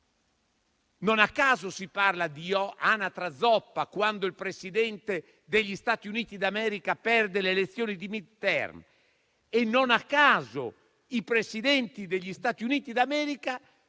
Non a caso si parla di anatra zoppa, quando il Presidente degli Stati Uniti d'America perde le elezioni di *midterm* e non a caso i Presidenti degli Stati Uniti d'America